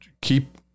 keep